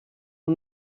aux